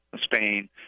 spain